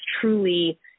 truly